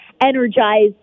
energized